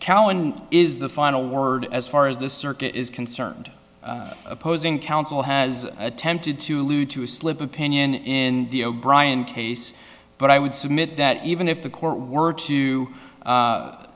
cowan is the final word as far as the circuit is concerned opposing counsel has attempted to lou to slip opinion in the o'brien case but i would submit that even if the court were to